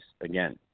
again